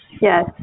Yes